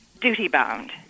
duty-bound